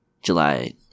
july